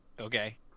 okay